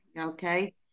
okay